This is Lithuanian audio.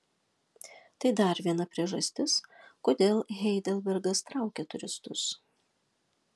tai dar viena priežastis kodėl heidelbergas traukia turistus